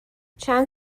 چند